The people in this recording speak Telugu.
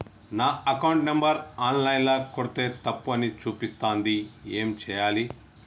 నా అకౌంట్ నంబర్ ఆన్ లైన్ ల కొడ్తే తప్పు అని చూపిస్తాంది ఏం చేయాలి?